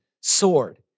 sword